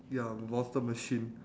ya monster machine